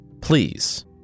Please